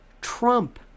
Trump